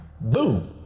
Boom